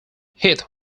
heath